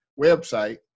website